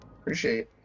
Appreciate